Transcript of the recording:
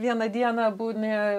vieną dieną būni